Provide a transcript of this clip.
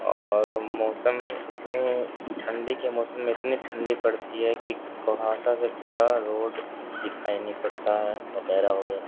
اور موسم اتنی ٹھنڈی کے موسم میں اتنی ٹھنڈی پڑتی ہے کہ کوہاسا سے پورا روڈ دکھائی نہیں پڑتا ہے وغیرہ وغیرہ